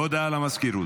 הודעה למזכירות.